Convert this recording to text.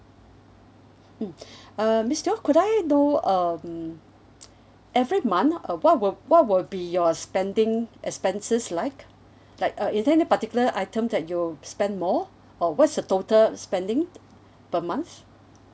mm uh miss teo could I know um every month uh what will what will be your spending expenses like like uh is there any particular item that your spend more or what's the total spending per month